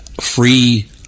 free